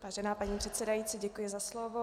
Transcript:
Vážená paní předsedající, děkuji za slovo.